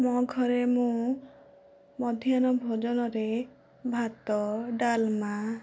ମୋ ଘରେ ମୁଁ ମଧ୍ୟାହ୍ନ ଭୋଜନରେ ଭାତ ଡାଲମା